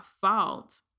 fault